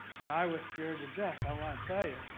and i was scared to death, i want to tell you.